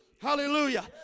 Hallelujah